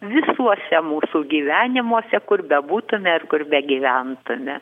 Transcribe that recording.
visuose mūsų gyvenimuose kur bebūtume ir kur begyventume